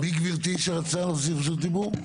מי גבירתי שרצתה רשות דיבור?